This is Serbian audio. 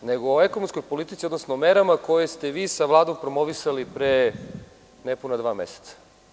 Ne o budžetu, nego o ekonomskoj politici, odnosno merama koje ste vi sa Vladom promovisali pre nepuna dva meseca.